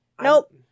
Nope